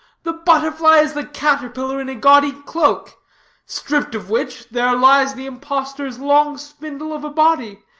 the butterfly is the caterpillar in a gaudy cloak stripped of which, there lies the impostor's long spindle of a body,